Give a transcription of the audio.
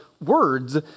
words